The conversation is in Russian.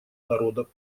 народа